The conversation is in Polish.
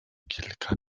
kilka